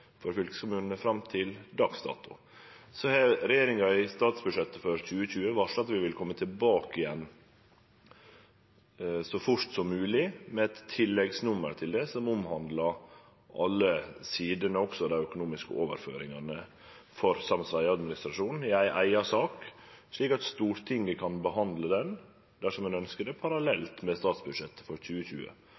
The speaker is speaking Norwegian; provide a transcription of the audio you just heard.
for fylkeskommunane fram til dags dato. Så har regjeringa i statsbudsjettet for 2020 varsla at vi vil kome tilbake igjen så fort som mogleg med eit tilleggsnummer til det, som omhandlar alle sider, også dei økonomiske overføringane for samferdselsadministrasjonen, i ei eiga sak, slik at Stortinget kan behandle det – dersom ein ønskjer det – parallelt med statsbudsjettet for 2020.